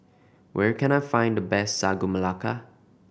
where can I find the best Sagu Melaka